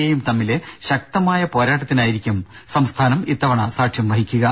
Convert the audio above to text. എയും തമ്മിലെ ശക്തമായ പോരാട്ടത്തിനായിരിക്കും സംസ്ഥാനം ഇത്തവണ സാക്ഷ്യം വഹിക്കുക